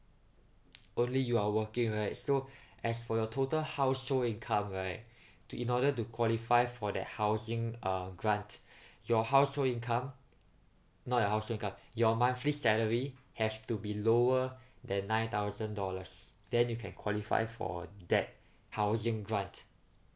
only you are working right so as for your total household income right to in order to qualify for that housing uh grant your household income not your household income your monthly salary have to be lower than nine thousand dollars then you can qualify for that housing grant